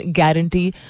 guarantee